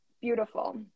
beautiful